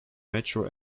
metro